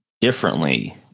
differently